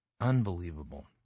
Unbelievable